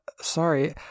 Sorry